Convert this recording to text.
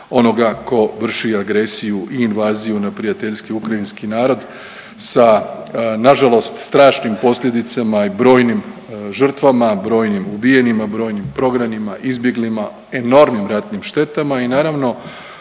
onoga tko vrši agresiju i invaziju na prijateljski ukrajinski narod sa nažalost strašnim posljedicama i brojnim žrtvama, brojnim ubijenima, brojnim prognanima, izbjeglima, enormnim ratnim štetama i naravno,